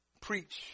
Preach